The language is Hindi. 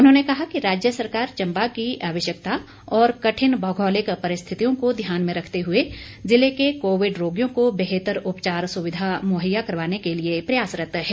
उन्होंने कहा कि राज्य सरकार चंबा की आवश्यकता और कठिन भौगोलिक परिस्थितियों को ध्यान में रखते हुए ज़िले के कोविड रोगियों को बेहतर उपचार सुविधा मुहैया करवाने के लिए प्रयासरत है